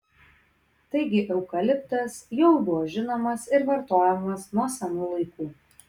taigi eukaliptas jau buvo žinomas ir vartojamas nuo senų laikų